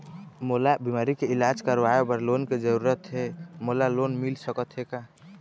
मोला बीमारी के इलाज करवाए बर लोन के जरूरत हे मोला मिल सकत हे का?